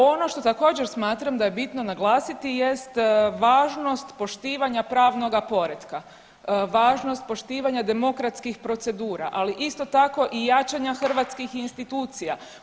Ono što također smatram da je bitno naglasiti jest važnost poštivanja pravnoga poretka, važnost poštivanja demokratskih procedura, ali isto tako i jačanja hrvatskih institucija.